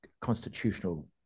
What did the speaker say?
constitutional